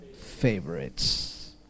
favorites